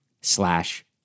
slash